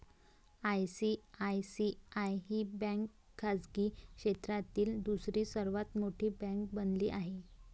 ICICI ही bank खाजगी क्षेत्रातील दुसरी सर्वात मोठी बँक बनली आहे